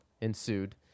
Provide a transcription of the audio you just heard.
ensued